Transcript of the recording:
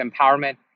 empowerment